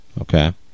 Okay